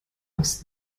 aus